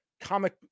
comic